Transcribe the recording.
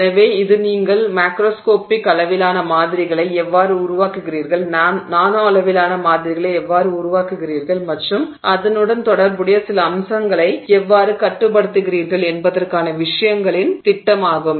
எனவே இது நீங்கள் மேக்ரோஸ்கோபிக் அளவிலான மாதிரிகளை எவ்வாறு உருவாக்குகிறீர்கள் நானோ அளவிலான மாதிரிகளை எவ்வாறு உருவாக்குகிறீர்கள் மற்றும் அதனுடன் தொடர்புடைய சில அம்சங்களை எவ்வாறு கட்டுப்படுத்துகிறீர்கள் என்பதற்கான விஷயங்களின் திட்டமாகும்